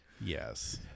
Yes